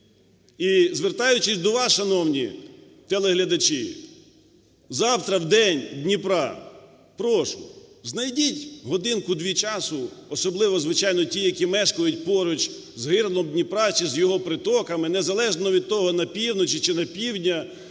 І, звертаючись до вас, шановні телеглядачі, завтра, в День Дніпра, прошу, знайдіть годинку-дві часу, особливо, звичайно, ті, які мешкають поруч з гирлом Дніпра чи з його притоками, незалежно від того, на півночі чи на півдні,